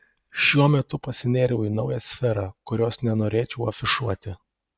šiuo metu pasinėriau į naują sferą kurios nenorėčiau afišuoti